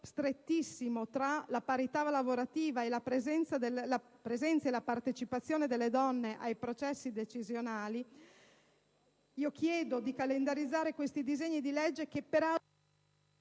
strettissimo tra la parità lavorativa e la partecipazione delle donne ai processi decisionali, chiedo di calendarizzare questi disegni di legge, che peraltro...